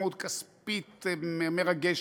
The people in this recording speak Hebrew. משמעות כספית מרגשת,